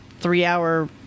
three-hour